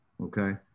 Okay